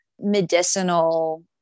medicinal